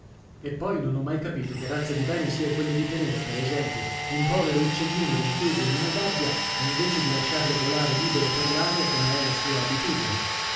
e poi non ho mai capito che razza di bene sia quello di tenere per esempio un povero uccellino rinchiuso in una gabbia invece di lasciarlo volare libero per l'aria come è la sua abitudine